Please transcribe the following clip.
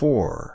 Four